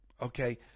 okay